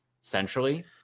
centrally